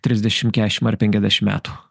trisdešimt keturiasdešimt ar penkiasdešimt metų